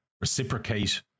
reciprocate